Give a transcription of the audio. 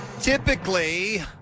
Typically